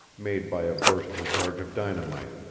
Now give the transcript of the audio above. made by a bursting charge of dynamite,